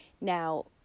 Now